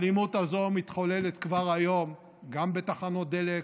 האלימות הזו מתחוללת כבר היום גם בתחנות דלק,